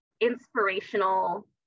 inspirational